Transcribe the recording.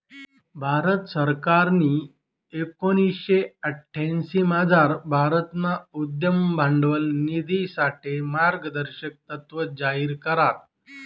भारत सरकारनी एकोणीशे अठ्यांशीमझार भारतमा उद्यम भांडवल निधीसाठे मार्गदर्शक तत्त्व जाहीर करात